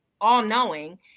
all-knowing